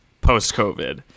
post-COVID